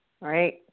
right